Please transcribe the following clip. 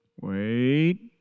Wait